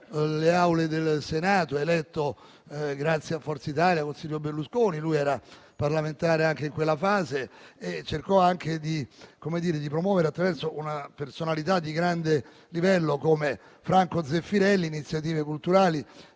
le Aule del Senato, eletto grazie a Forza Italia con Silvio Berlusconi. Lui era parlamentare anche in quella fase e cercò di promuovere attraverso una personalità di grande livello come Franco Zeffirelli iniziative culturali